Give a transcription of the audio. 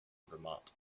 vermont